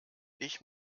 ich